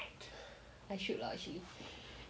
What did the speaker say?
I should lah actually